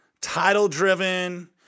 title-driven